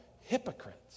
hypocrites